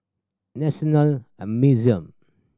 National a Museum